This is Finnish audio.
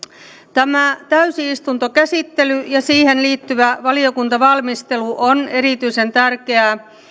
tämä täysistuntokäsittely ja siihen liittyvä valiokuntavalmistelu on erityisen tärkeää